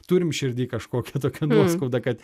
turim širdy kažkokią tokią nuoskaudą kad